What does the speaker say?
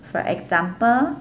for example